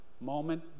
moment